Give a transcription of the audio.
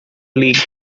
league